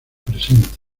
presente